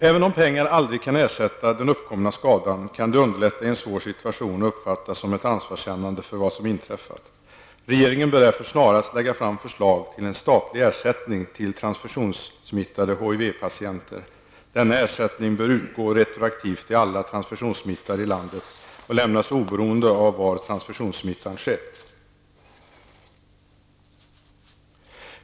Även om pengar aldrig kan utgöra en ersättning vid uppkommen skada, kan de underlätta i en svår situation och uppfattas som ett ansvarskännande för vad som har inträffat. Regeringen bör därför snarast lägga fram förslag om en statlig ersättning till transfusionssmittade HIV-patienter. Denna ersättning bör utgå retroaktivt till alla transfusionssmittade i landet och lämnas oberoende av var transfusionssmittan har skett.